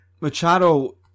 Machado